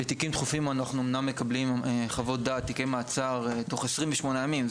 בתיקים דחופים אנחנו אומנם מקבלים חוות דעת יקי מעצר תוך 28 ימים,